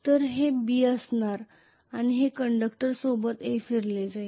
तर हे B असणार आहे आणि कंडक्टर सोबत A हे फिरले आहे